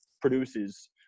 produces